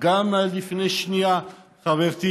וגם לפני שנייה חברתי